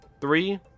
three